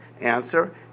answer